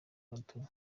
gatuna